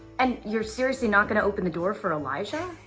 and you're seriously not gonna open the door for elijah?